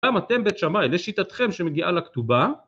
גם אתם בית שמאי, לשיטתכם שמגיעה לכתובה.